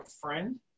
friend